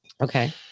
Okay